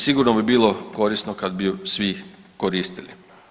Sigurno bi bilo korisno kad bi je svi koristili.